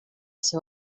seu